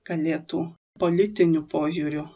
galėtų politiniu požiūriu